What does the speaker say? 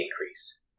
increase